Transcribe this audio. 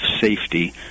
safety